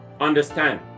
Understand